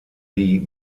die